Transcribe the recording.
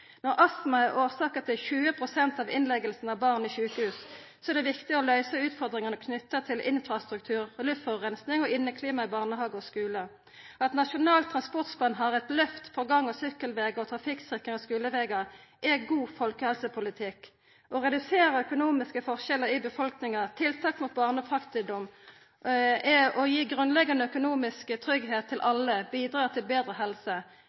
Når astma er årsaka for 20 pst. av barna som blir lagde inn på sjukehus, er det viktig å løysa utfordringane knytte til infrastruktur, luftforureining og inneklima i barnehage og skule. At Nasjonal transportplan har eit lyft for gang- og sykkelveg og trafikksikring av skulevegar, er god folkehelsepolitikk. Å redusera økonomiske forskjellar i befolkninga – tiltak mot barnefattigdom – er å gi grunnleggjande økonomisk tryggleik til alle. Det bidrar til betre helse.